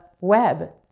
web